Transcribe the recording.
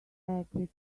equity